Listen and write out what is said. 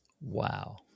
Wow